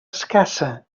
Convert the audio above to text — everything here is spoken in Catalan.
escassa